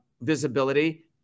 visibility